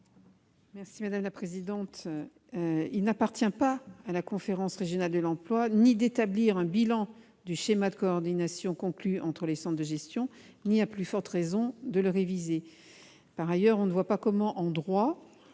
l'avis de la commission ? Il n'appartient pas à la conférence régionale de l'emploi d'établir un bilan du schéma de coordination conclu par les centres de gestion, encore moins de le réviser. Par ailleurs, on ne voit pas comment, en droit,